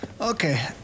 Okay